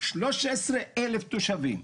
13,000 תושבים.